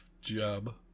job